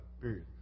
period